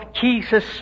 Jesus